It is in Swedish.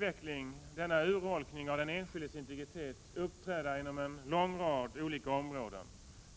Vi ser denna urholkning av den enskildes integritet uppträda inom en lång rad olika områden.